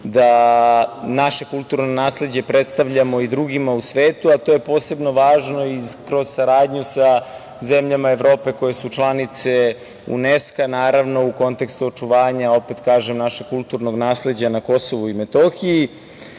da naše kulturno nasleđe predstavljamo i drugima u svetu, a to je posebno važno kroz saradnju sa zemljama Evropa, koje su članice UNESKA, naravno u konteksu očuvanja, opet kažem našeg kulturnog nasleđa na KiM.Smatram